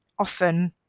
often